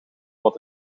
wat